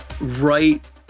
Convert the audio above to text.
right